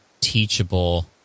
Teachable